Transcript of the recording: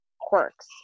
quirks